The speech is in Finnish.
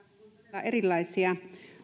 todella erilaisia